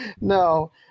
no